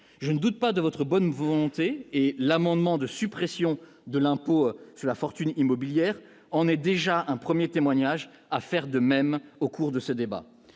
je ne doute pas de votre bonne volonté et l'amendement de suppression de l'impôt sur la fortune immobilière en est déjà un 1er témoignage à faire de même au cours de ce débat,